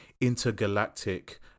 intergalactic